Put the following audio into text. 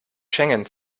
schengen